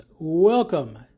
Welcome